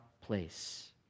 place